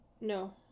No